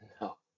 No